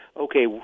okay